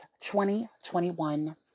2021